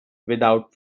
without